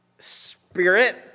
spirit